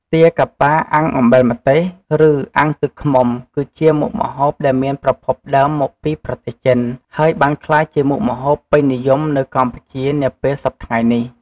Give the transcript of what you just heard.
ទាកាប៉ាអាំងអំបិលម្ទេស ឬ អាំងទឹកឃ្មុំគឺជាមុខម្ហូបដែលមានប្រភពដើមមកពីប្រទេសចិន ហើយបានក្លាយជាមុខម្ហូបពេញនិយមនៅកម្ពុជានាពេលសព្វថ្ងៃនេះ។